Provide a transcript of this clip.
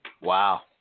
Wow